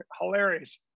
Hilarious